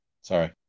sorry